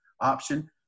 option